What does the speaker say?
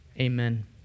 amen